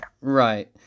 Right